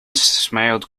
smiled